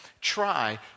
Try